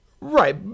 right